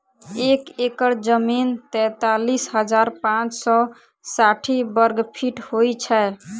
एक एकड़ जमीन तैँतालिस हजार पाँच सौ साठि वर्गफीट होइ छै